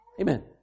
Amen